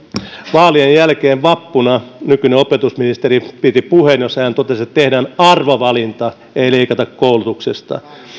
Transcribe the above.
vaalien jälkeen vappuna nykyinen opetusministeri piti puheen jossa hän totesi että tehdään arvovalinta ei leikata koulutuksesta